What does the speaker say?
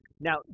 Now